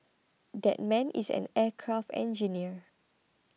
that man is an aircraft engineer